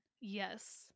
yes